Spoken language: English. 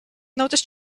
noticed